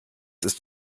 ist